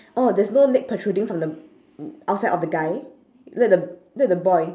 oh there's no leg protruding from the b~ outside of the guy look at th~ look at the boy